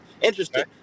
Interesting